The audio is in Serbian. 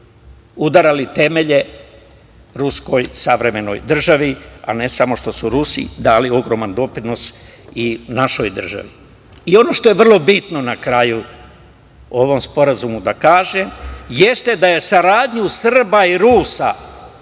udarali temelje ruskoj savremenoj državi, a ne samo što su Rusi dali ogroman doprinos i našoj državi. Ono što je vrlo bitno na kraju o ovom sporazumu da kažem, jeste da je saradnju Srba i Rusa